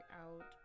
out